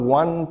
one